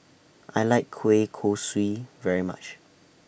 I like Kueh Kosui very much